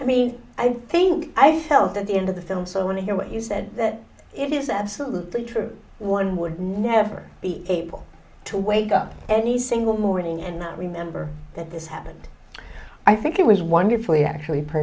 i mean i think i thought at the end of the film so i want to hear what you said that it is absolutely true one would never be able to wake up any single morning and not remember that this happened i think it was wonderfully actually p